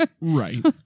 Right